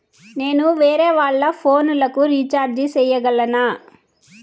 నేను వేరేవాళ్ల ఫోను లకు రీచార్జి సేయగలనా?